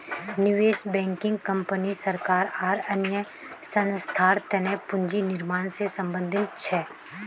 निवेश banking company सरकार आर अन्य संस्थार तने पूंजी निर्माण से संबंधित छे